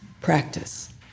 practice